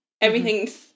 Everything's